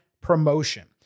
promotion